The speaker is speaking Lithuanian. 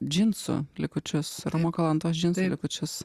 džinsų likučius romo kalantos džinsų likučius